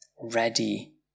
ready